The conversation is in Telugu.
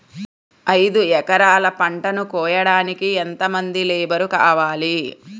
ఐదు ఎకరాల పంటను కోయడానికి యెంత మంది లేబరు కావాలి?